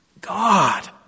God